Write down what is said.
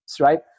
right